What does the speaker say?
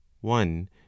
one